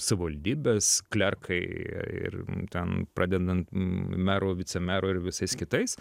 savivaldybės klerkai ir ten pradedant meru vicemeru ir visais kitais